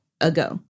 ago